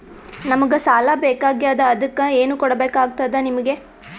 ನಮಗ ಸಾಲ ಬೇಕಾಗ್ಯದ ಅದಕ್ಕ ಏನು ಕೊಡಬೇಕಾಗ್ತದ ನಿಮಗೆ?